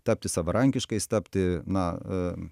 tapti savarankiškais tapti na